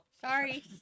sorry